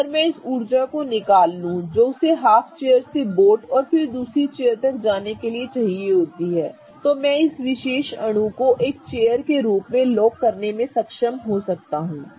अगर मैं उस ऊर्जा को निकाल लूं जो उसे हाफ चेयर से बोट तक और फिर दूसरी चेयर तक जाने के लिए चाहिए होती है तो मैं इस विशेष अणु को एक चेयर के रूप में लॉक करने में सक्षम हो सकता हूं